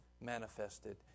manifested